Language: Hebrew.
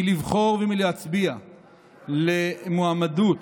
ולצמצומו, לבחור ולהצביע למועמדות